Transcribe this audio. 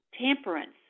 temperance